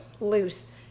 loose